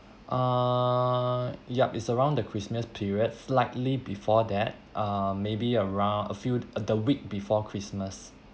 err yup is around the christmas period slightly before that uh maybe around a few the week before christmas